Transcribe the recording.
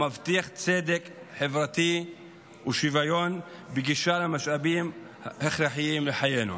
המבטיח צדק חברתי ושוויון בגישה למשאבים ההכרחיים לחיינו.